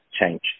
change